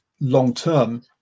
long-term